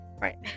Right